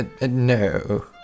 No